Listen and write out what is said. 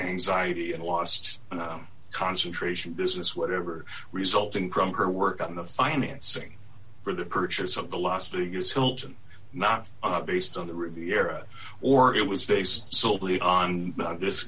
anxiety and lost concentration business whatever resulting from her work on the financing for the purchase of the las vegas hilton not based on the riviera or it was based solely on this